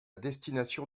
destination